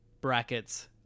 brackets